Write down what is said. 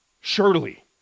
Surely